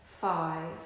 five